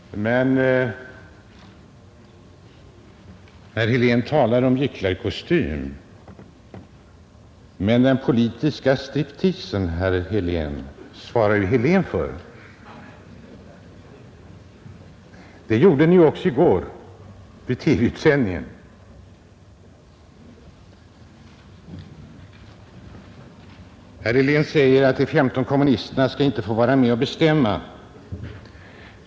Herr Helén talar om gycklarkostym. Men den politiska stripteasen svarar ju herr Helén för. Det gjorde ni ju också i går i TV-utsändningen. Herr Helén säger att de 17 kommunisterna inte skall få vara med och bestämma.